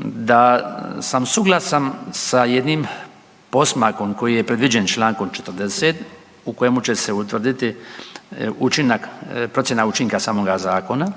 da sam suglasan sa jednim posmakom koji je predviđen Člankom 40. u kojemu će se utvrditi učinak, procjena učinka samoga zakona